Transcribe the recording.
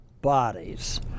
bodies